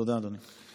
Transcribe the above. תודה, אדוני.